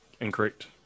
Incorrect